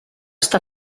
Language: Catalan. està